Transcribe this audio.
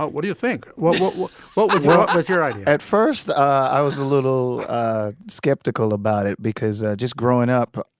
but what do you think? what, what, what, what was what was your idea? at first, i was a little skeptical about it because just. growing up,